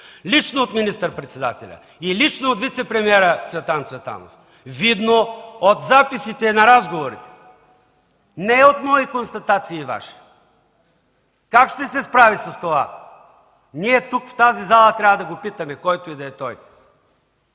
лично от министър-председателя и лично от вицепремиера Цветан Цветанов – видно от записите на разговорите, не от мои и Ваши констатации? Как ще се справи с това? В тази зала ние трябва да го попитаме, който и да е той.